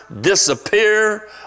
disappear